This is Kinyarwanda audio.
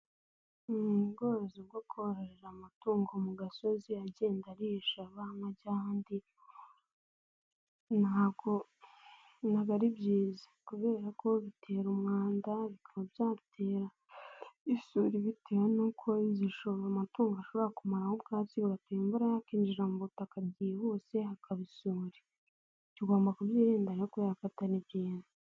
Mu bworozi bwo kororera amatungo mu gasozi agenda arihisha ava ahamwe ajya ahandi, ntabwo ari byiza kubera ko bitera umwanda bikaba byatera isuri bitewe n'ukozishora amatungo ashobora kumisha ubwatsi noneho amzi akinjira mu butaka byihuse hakaba isuri. Tugomba kubyirinda kuko sibyiza.